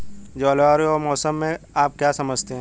जलवायु और मौसम से आप क्या समझते हैं?